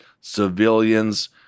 Civilians